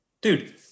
Dude